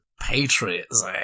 Patriots